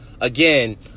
Again